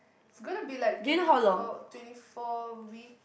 it's gonna be like twenty four twenty four week